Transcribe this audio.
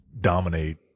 dominate